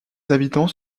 habitants